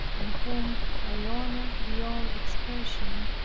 and whom i honored beyond expression,